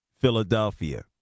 Philadelphia